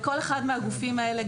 לכל אחד מהגופים האלה,